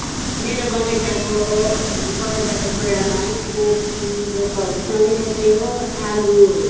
मेरो बगैँचाको बगैँचाको बेडामा कोपी ब्रोकौलीसँगै रोप्ने हो आलु